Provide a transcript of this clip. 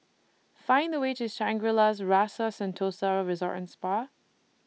Find The fastest Way to Shangri La's Rasa Sentosa Resort and Spa